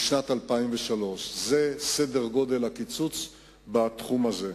זה סדר-גודל הקיצוץ בתחום הזה.